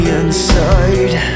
inside